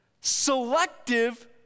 selective